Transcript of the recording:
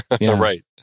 Right